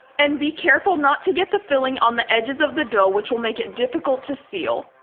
and be careful not to get the feeling on the edges of the dough which will make it difficult to seal.